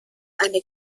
eine